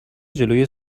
جلوی